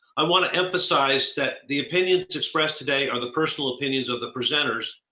i want to emphasize that the opinions expressed today are the personal opinions of the presenters,